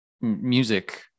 music